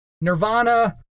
Nirvana